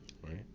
Right